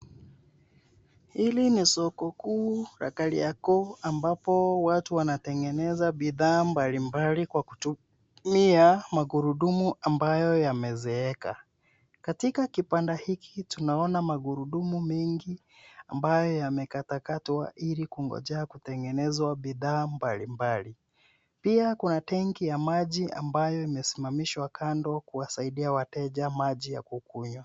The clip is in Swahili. Hili ni soko kuu la Kariokor ambapo watu wanatengeneza bidhaa mbalimbali kwa kutumia magurudumu ambayo yamezeeka. Katika kibanda hiki tunaona magurudumu mengi ambayo yamekatwa katwa ili kungojea kutengenezwa bidhaa mbalimbali. Pia kuna tenki ya maji ambayo imesimamishwa kando kuwasaidia wateja maji ya kukunywa.